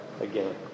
again